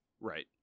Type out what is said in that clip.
Right